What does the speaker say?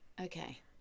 okay